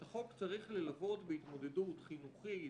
את החוק צריך ללוות בהתמודדות חינוכית,